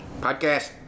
podcast